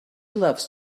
loves